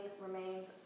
remains